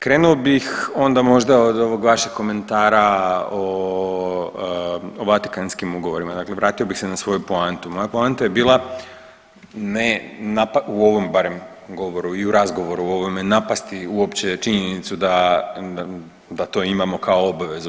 Krenuo bih onda možda od ovog vašeg komentara o Vatikanskim ugovorima, dakle vratio bih se na svoju poantu, moja poanta je bila ne u ovom barem govoru i u razgovoru ovome, napasti uopće činjenicu da to imamo kao obavezu.